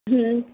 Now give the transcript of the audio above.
ہوں